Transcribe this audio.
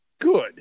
good